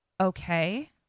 Okay